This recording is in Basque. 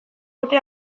urte